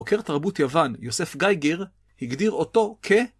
עוקר תרבות יוון, יוסף גייגר, הגדיר אותו כ...